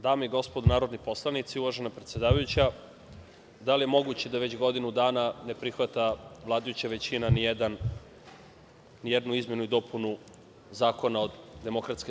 Dame i gospodo narodni poslanici, uvažena predsedavajuća, da li je moguće da već godinu dana ne prihvata vladajuća većina ni jednu izmenu i dopunu zakona od DS.